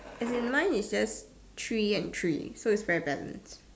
as in mine is just three and three so it's very balanced